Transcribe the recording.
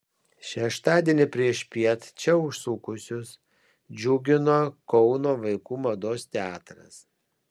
šeštadienį priešpiet čia užsukusius džiugino kauno vaikų mados teatras